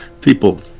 people